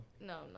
no